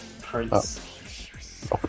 Prince